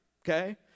okay